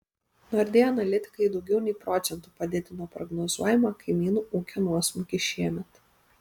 nordea analitikai daugiau nei procentu padidino prognozuojamą kaimynų ūkio nuosmukį šiemet